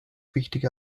wichtiger